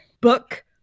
book